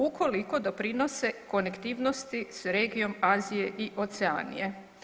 Ukoliko doprinose konektivnosti s regijom Azije i Oceanije.